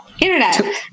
internet